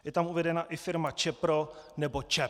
Je tam uvedena i firma Čepro nebo ČEPS.